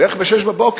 בערך ב-06:00